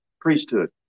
priesthood